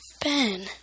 Ben